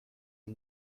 اون